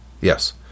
Yes